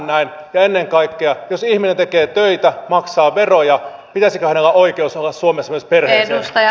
ja ennen kaikkea jos ihminen tekee töitä ja maksaa veroja pitäisikö hänellä olla oikeus suomessa myös perheeseen